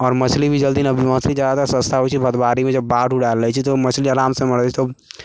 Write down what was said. आओर मछली भी जल्दी नहि मछली जादातर सस्ता होइ छै भदवारीमे जब बाढ़ि उढ़ आयल रहै छै तऽ मछली आरामसँ मर जाइ छै तब